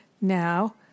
now